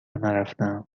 نرفتهام